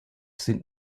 sind